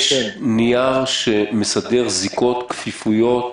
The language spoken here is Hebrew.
יש נייר שמסדר זיקות, כפיפויות